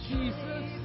Jesus